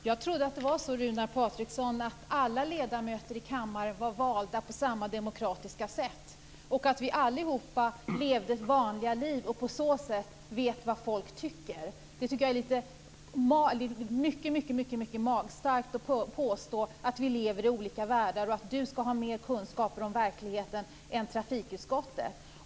Herr talman! Jag trodde att alla ledamöter i kammaren var valda på samma demokratiska sätt, och att vi alla lever vanliga liv och vet vad folk tycker. Jag tycker att det är mycket magstarkt av Runar Patriksson att påstå att vi lever i olika världar och att han skulle ha mer kunskap om verkligheten än trafikutskottet.